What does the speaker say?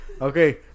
okay